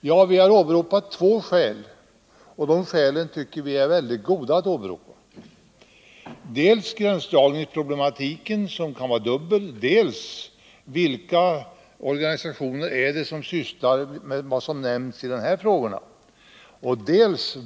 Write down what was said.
Ja, vi har åberopat två skäl, och de skälen tycker vi är väldigt goda. Det ena skälet är gränsdragningsproblematiken, som kan vara dubbel. Det gäller att ta ställning till frågorna: Vilka organisationer är det som sysslar med det som nämnts i de här frågorna?